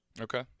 okay